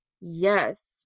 Yes